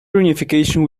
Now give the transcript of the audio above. reunification